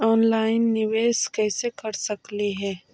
Online निबेस कैसे कर सकली हे?